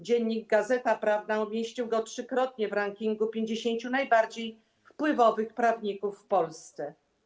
Dziennik Gazeta Prawna” umieścił go trzykrotnie w rankingu 50 najbardziej wpływowych prawników w Polsce.